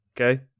Okay